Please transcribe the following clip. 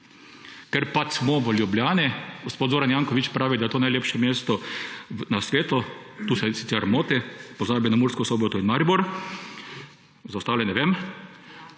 ker pač smo v Ljubljani, gospod Zoran Janković pravi, da je to najlepše mesto na svetu, tu se sicer moti, pozabi na Mursko Soboto in Maribor, za ostale ne vem,